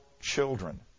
children